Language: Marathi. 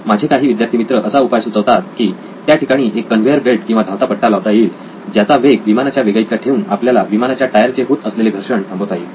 माझे काही विद्यार्थी मित्र असा उपाय सुचवतात की त्या ठिकाणी एक कन्व्हेअर बेल्ट किंवा धावता पट्टा लावता येईल ज्याचा वेग विमानाच्या वेगाइतका ठेवून आपल्याला विमानाच्या टायरचे होत असलेले घर्षण थांबवता येईल